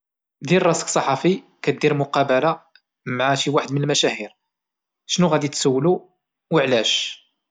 دير راسك صحفي كدير مقابلة مع شي واحد من المشاهير شنوغادي تسولو او علاش؟